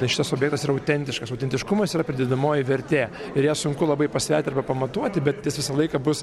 tai šitas objektas yra autentiškas autentiškumas yra pridedamoji vertė ir ją sunku labai pasverti arba pamatuoti bet jis visą laiką bus